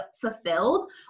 fulfilled